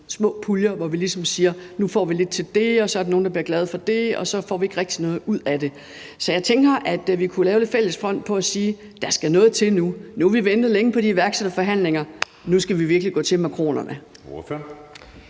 små puljer, hvor vi ligesom siger, at nu får vi lidt til det, og så er der nogen, der bliver glade for det, og så får vi ikke rigtig noget ud af det. Så jeg tænker, at vi kunne lave lidt fælles front ved at sige: Der skal noget til nu – nu har vi ventet længe på de iværksætterforhandlinger, og nu skal vi virkelig gå til makronerne.